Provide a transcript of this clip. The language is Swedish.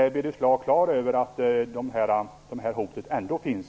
Är Birger Schlaug klar över att detta hot ändå finns?